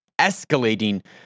escalating